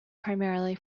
primarily